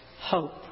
hope